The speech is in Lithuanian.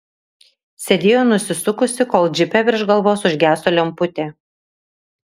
sėdėjo nusisukusi kol džipe virš galvos užgeso lemputė